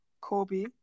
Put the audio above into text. Kobe